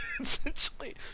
essentially